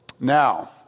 Now